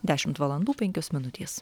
dešimt valandų penkios minutės